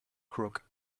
crook